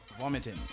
vomiting